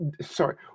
sorry